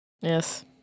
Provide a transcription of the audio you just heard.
Yes